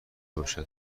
باشد